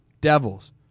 Devils